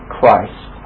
Christ